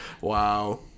Wow